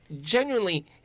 genuinely